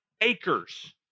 acres